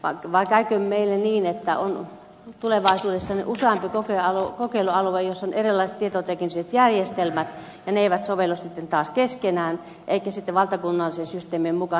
vai käykö meille niin että tulevaisuudessa on useampi kokeilualue joissa on erilaiset tietotekniset järjestelmät ja ne eivät sovellu sitten taas keskenään eikä valtakunnallisten systeemien mukaan